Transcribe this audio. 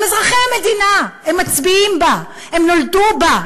הם אזרחי המדינה, הם מצביעים בה, הם נולדו בה.